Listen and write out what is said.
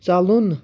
ژَلُن